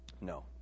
no